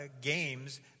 games